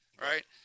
right